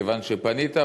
כיוון שפנית,